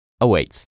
awaits